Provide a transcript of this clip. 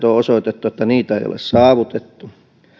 on osoitettu että asetettuja tavoitteita ei ole saavutettu